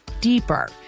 deeper